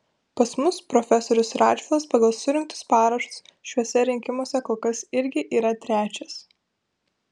pas mus profesorius radžvilas pagal surinktus parašus šiuose rinkimuose kol kas irgi yra trečias